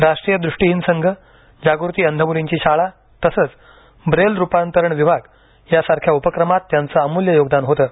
राष्ट्रीय दृष्टिहीन संघ जागृती अंध मुलींची शाळा तसंच ब्रेल रूपांतरण विभाग यासारख्या उपक्रमात त्यांचं अमुल्य योगदान होतं